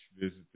Visit